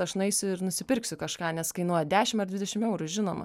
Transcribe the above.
aš nueisiu ir nusipirksiu kažką nes kainuoja dešim ar dvidešim eurų žinoma